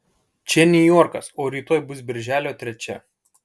čia niujorkas o rytoj bus birželio trečia